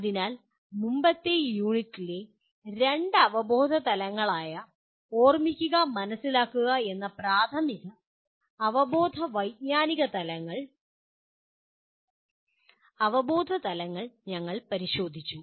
അതിനാൽ മുമ്പത്തെ യൂണിറ്റിലെ രണ്ട് അവബോധ തലങ്ങളായ ഓർമ്മിക്കുക മനസിലാക്കുക എന്ന പ്രാഥമിക അവബോധ തലങ്ങൾ ഞങ്ങൾ പരിശോധിച്ചു